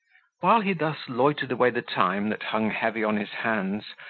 while he thus loitered away the time that hung heavy on his hands,